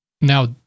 now